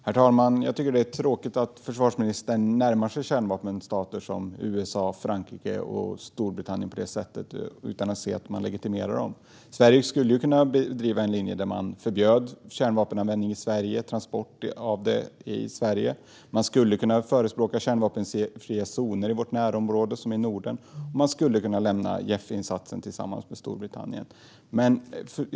Herr talman! Jag tycker att det är tråkigt att försvarsministern närmar sig kärnvapenstater som USA, Frankrike och Storbritannien på det här sättet och utan att se att man legitimerar dem. Sverige skulle kunna bedriva en linje där man förbjöd kärnvapenanvändning i Sverige och transport av kärnvapen i Sverige. Man skulle kunna förespråka kärnvapenfria zoner i vårt närområde, som i Norden, och man skulle kunna lämna JEF-insatsen tillsammans med Storbritannien.